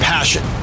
Passion